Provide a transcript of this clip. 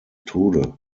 tode